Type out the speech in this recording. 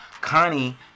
Connie